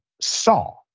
saw